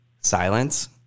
Silence